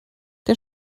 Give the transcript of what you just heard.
der